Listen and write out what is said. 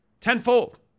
Tenfold